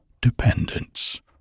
dependence